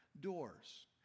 doors